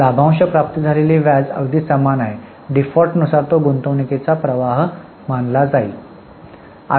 लाभांश प्राप्त झालेला व्याज अगदी समान आहे डीफॉल्टनुसार तो गुंतवणूकीचा प्रवाह म्हणून गणला जाईल